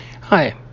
hi